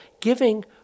giving